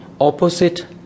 opposite